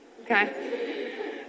Okay